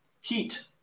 Heat